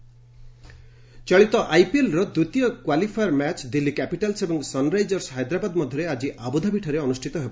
IPL ଚଳିତ ଆଇପିଏଲ୍ର ଦ୍ୱିତୀୟ କ୍ୱାଲିଫାୟର୍ ମ୍ୟାଚ୍ ଦିଲ୍ଲୀ କ୍ୟାପିଟାଲ୍ସ୍ ଏବଂ ସନ୍ରାଇଜର୍ସ ହାଇଦ୍ରାବାଦ ମଧ୍ୟରେ ଆକି ଆବୁଧାବିଠାରେ ଅନୁଷ୍ଠିତ ହେବ